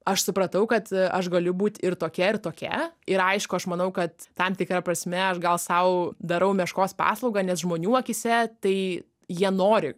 aš supratau kad aš galiu būt ir tokia ir tokia ir aišku aš manau kad tam tikra prasme aš gal sau darau meškos paslaugą nes žmonių akyse tai jie nori